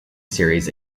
series